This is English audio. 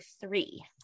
three